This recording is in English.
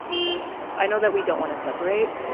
if that makes sense. i know that we don't want to separate.